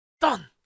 Done